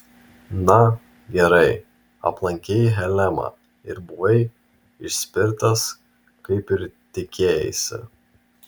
na gerai aplankei helemą ir buvai išspirtas kaip ir tikėjaisi